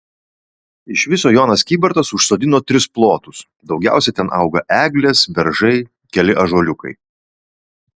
iš viso jonas kybartas užsodino tris plotus daugiausiai ten auga eglės beržai keli ąžuoliukai